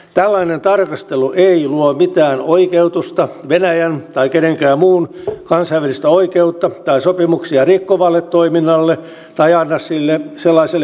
tällainen tarkastelu ei luo mitään oikeutusta venäjän tai kenenkään muun kansainvälistä oikeutta tai sopimuksia rikkovalle toiminnalle tai anna sellaiselle hyväksyntää